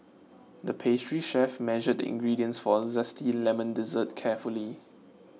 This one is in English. the pastry chef measured the ingredients for a Zesty Lemon Dessert carefully